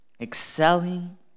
excelling